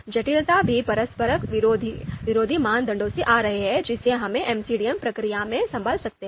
जटिलता भी परस्पर विरोधी मानदंडों से आ रही है जिसे हम MCDM प्रक्रिया में संभाल सकते हैं